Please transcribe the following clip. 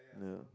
yeah